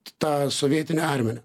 tą sovietinę armiją